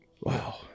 Wow